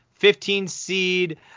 15-seed